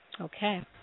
Okay